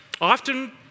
Often